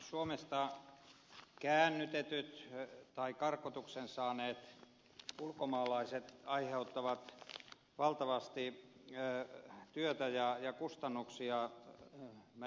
suomesta käännytetyt tai karkotuksen saaneet ulkomaalaiset aiheuttavat valtavasti työtä ja kustannuksia meidän järjestelmällemme